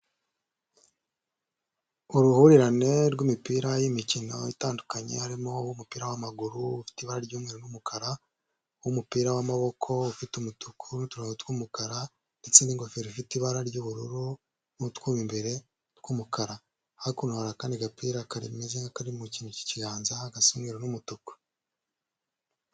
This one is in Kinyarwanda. Uruhurirane rw'imipira y'imikino itandukanye harimo uw'umupira w'amaguru ufite ibara ry'umweru n'umukara, uw'umupira w'amaboko ufite umutuku n'uturongo tw'umukara ndetse n'ingofero ifite ibara ry'ubururu n'utwuma imbere tw'umukara. Hakuno hari akandi gapira kameze nk'akari mu kintu cy'ikiganza gasa umweru n'umutuku.